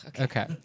Okay